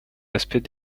aspects